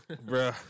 bro